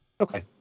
Okay